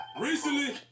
Recently